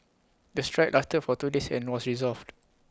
the strike lasted for two days and was resolved